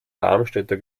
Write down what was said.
darmstädter